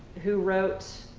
who wrote